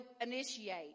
initiate